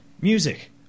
music